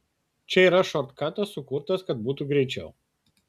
čia yra šortkatas sukurtas kad būtų greičiau